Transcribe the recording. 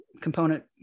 component